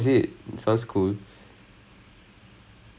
is is surprisingly funny ah it's quite fun